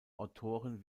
autoren